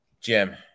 Jim